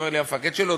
אומר לי המפקד שלו,